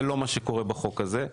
זה לא מה שקורה בחוק הזה.